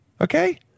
Okay